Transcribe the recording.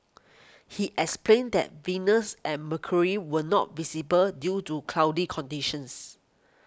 he explained that Venus and Mercury were not visible due to cloudy conditions